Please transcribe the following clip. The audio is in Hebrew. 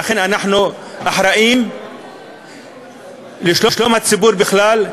שאנחנו אכן אחראים לשלום הציבור בכלל,